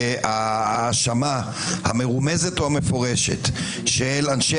שההאשמה המרומזת או המפורשת של אנשי